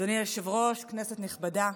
אדוני היושב-ראש, כנסת נכבדה,